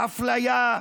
אפליה,